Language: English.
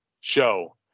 show